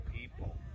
people